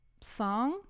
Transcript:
song